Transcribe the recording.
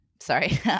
Sorry